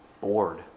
bored